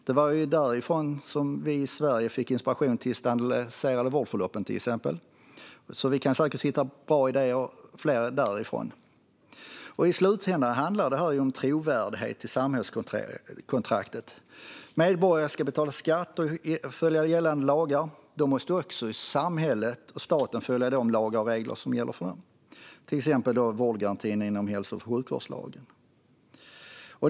Det var därifrån som vi i Sverige fick inspiration till exempelvis de standardiserade vårdförloppen, och vi kan säkert hitta fler bra idéer där. I slutändan handlar detta om trovärdigheten hos samhällskontraktet. Medborgarna ska betala skatt och följa gällande lagar, men då måste också samhället och staten följa de lagar och regler som gäller för dem, till exempel vårdgarantin i hälso och sjukvårdslagen.